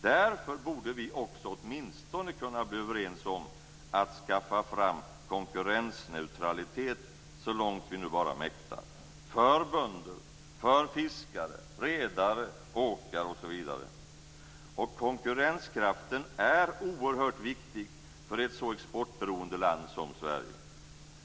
Därför borde vi också åtminstone kunna bli överens om att skaffa fram konkurrensneutralitet så långt vi nu bara mäktar, för bönder, fiskare, redare, åkare osv. Konkurrenskraften är oerhört viktig för ett så exportberoende land som Sverige.